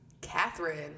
Catherine